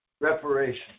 reparation